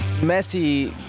Messi